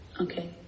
Okay